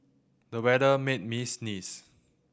the weather made me sneeze